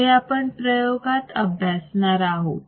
हे आपण प्रयोगात अभ्यासणार आहोत